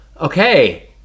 Okay